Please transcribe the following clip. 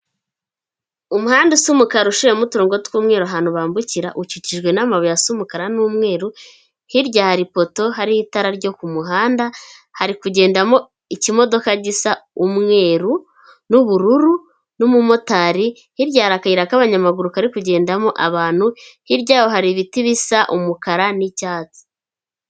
Umuhanda usa umukarara uciyemo uturongo tw'umweru ahantu bambukira, ukikijwe n'amabuye asa umukara n'umweru, hirya hari ipoto hariho itara ryo ku muhanda, hari kugendamo ikimodoka gisa umweru n'ubururu, n'umumotari, hirya hari akayira k'abanyamaguru kari kugendamo abantu, hirya yaho hari ibiti bisa umukara n'icyatsi.